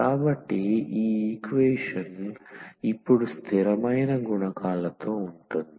కాబట్టి ఈ ఈక్వేషన్ ఇప్పుడు స్థిరమైన గుణకాలతో ఉంటుంది